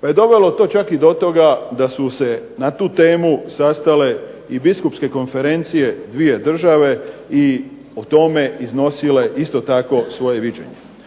pa je dovelo to čak i do toga da su se na tu temu sastale i biskupske konferencije dvije države i o tome iznosile isto tako svoje viđenje.